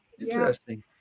interesting